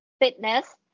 fitness